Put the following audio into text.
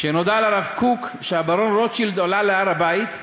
כשנודע לרב קוק שהברון רוטשילד עלה להר-הבית,